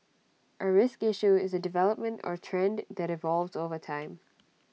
A risk issue is A development or trend that evolves over time